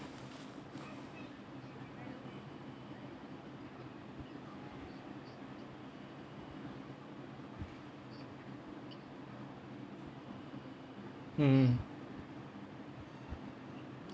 mm